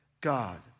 God